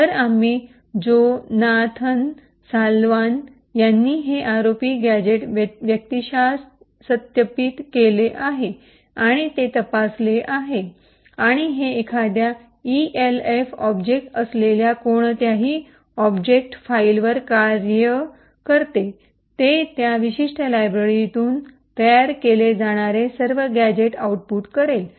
तर आम्ही Jonathan Salwan यांनी हे आरओपी गॅझेट व्यक्तिशः सत्यापित केले आहे आणि ते तपासले आहेत आणि हे एखाद्या ईएलएफ ऑब्जेक्ट असलेल्या कोणत्याही ऑब्जेक्ट फाईलवर कार्य करते ते त्या विशिष्ट लायब्ररीतून तयार केले जाणारे सर्व गॅझेट आउटपुट करेल